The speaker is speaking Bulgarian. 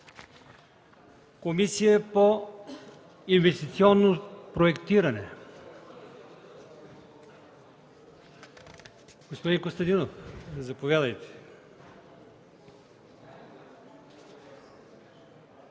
Комисия по инвестиционно проектиране – господин Костадинов, заповядайте.